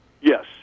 Yes